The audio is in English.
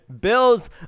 Bills